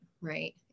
Right